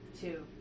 Two